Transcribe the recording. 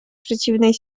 przeciwnej